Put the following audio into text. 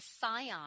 scion